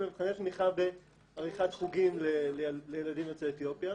אלא מבחני תמיכה בעריכת חוגים לילדים יוצאי אתיופיה.